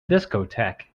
discotheque